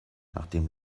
nachdem